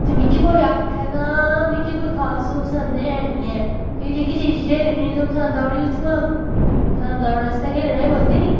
ते मिगी कोई आक्खै तां मिगी कोई खास ओह् पसंद हैन नी ऐ कि जेह्की चीज़ खेलनी नी ऐ ओह् पंसद आनी कुत्थुआं पसंद आने आस्तै खेलना गै पौंदी नी